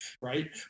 right